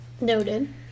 Noted